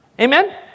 Amen